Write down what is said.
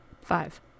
Five